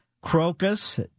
crocus